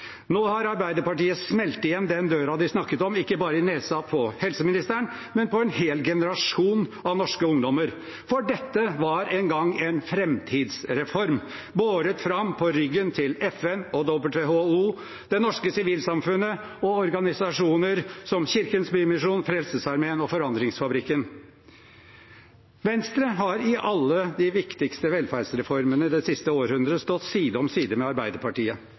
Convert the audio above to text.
Nå har Arbeiderpartiet smelt igjen den døren de snakket om, ikke bare i nesen på helseministeren, men på en hel generasjon av norske ungdommer. For dette var en gang en framtidsreform – båret fram på ryggen til FN og WHO, det norske sivilsamfunnet og organisasjoner som Kirkens Bymisjon, Frelsesarmeen og Forandringsfabrikken. Venstre har i alle de viktigste velferdsreformene det siste århundret stått side om side med Arbeiderpartiet,